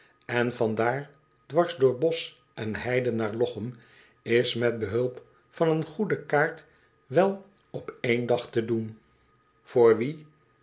en van daar dwars door bosch en heide naar lochem is met behulp van een goede kaart wel op één dag te doen voor wie